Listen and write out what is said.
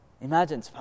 Imagine